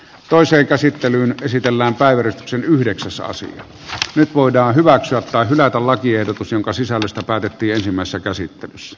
toiseen käsittelyyn esitellään päävärit syhdeksänsa syö nyt voidaan hyväksyä tai hylätä lakiehdotus jonka sisällöstä päätettiin ensimmäisessä käsittelyssä